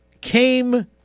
came